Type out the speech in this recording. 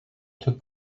took